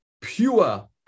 pure